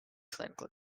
clinical